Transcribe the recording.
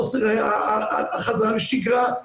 החזרה לשגרה,